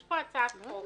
יש פה הצעת חוק.